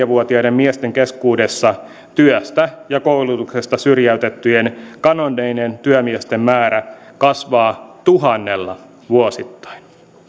vuotiaiden miesten keskuudessa työstä ja koulutuksesta syrjäytettyjen kadonneiden työmiesten määrä kasvaa tuhannella vuosittain